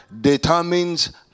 determines